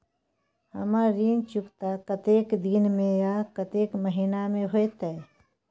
हमर ऋण चुकता कतेक दिन में आ कतेक महीना में होतै?